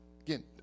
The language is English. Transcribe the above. Again